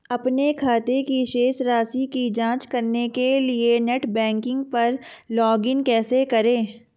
अपने खाते की शेष राशि की जांच करने के लिए नेट बैंकिंग पर लॉगइन कैसे करें?